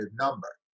number